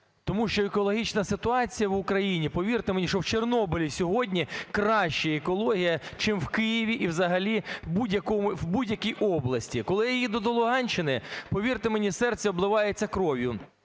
тому що екологічна ситуація в Україні… повірте мені, що в Чорнобилі сьогодні краща екологія, чим в Києві і взагалі в будь-якій області. Коли я їду до Луганщини, повірте мені, серце обливається кров'ю,